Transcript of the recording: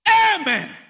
Amen